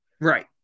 Right